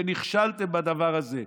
ונכשלת בדבר הזה.